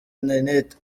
interineti